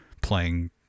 playing